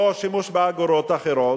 או שימוש באגורות אחרות,